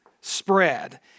spread